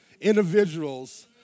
individuals